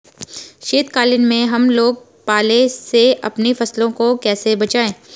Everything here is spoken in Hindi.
शीतकालीन में हम लोग पाले से अपनी फसलों को कैसे बचाएं?